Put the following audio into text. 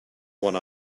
one